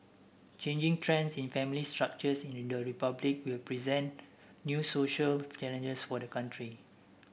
changing trends in family structures in the Republic will present new social challenges for the country